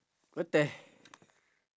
what the h~